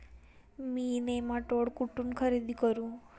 मी nematode कुठून खरेदी करू?